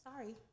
sorry